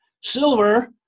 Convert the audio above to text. Silver